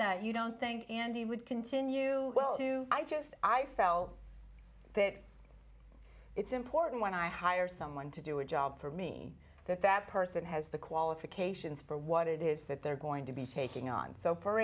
that you don't think andy would continue to i just i felt that it's important when i hire someone to do a job for me that that person has the qualifications for what it is that they're going to be taking on so for